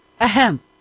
Ahem